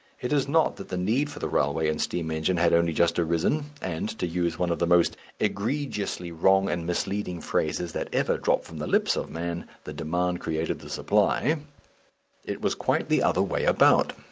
it is not that the need for the railway and steam engine had only just arisen, and to use one of the most egregiously wrong and misleading phrases that ever dropped from the lips of man the demand created the supply it was quite the other way about.